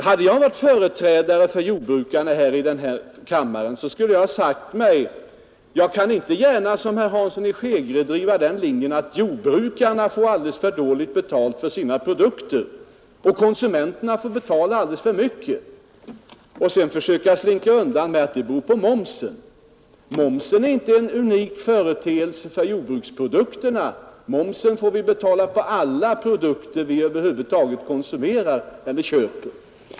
Hade jag varit företrädare för jordbrukarna i den här kammaren skulle jag ha sagt mig: Jag kan inte gärna — som herr Hansson i Skegrie — driva den linjen att jordbrukarna får alldeles för dåligt betalt för sina produkter och konsumenterna får betala alldeles för mycket och sedan försöka slinka undan med att det beror på momsen. Momsen är inte en företeelse som är unik för jordbruksprodukterna. Momsen får vi betala på alla produkter som vi över huvud taget konsumerar.